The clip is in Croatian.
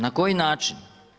Na koji način?